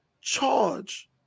charge